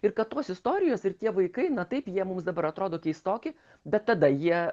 ir kad tos istorijos ir tie vaikai na taip jie mums dabar atrodo keistoki bet tada jie